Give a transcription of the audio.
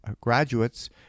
graduates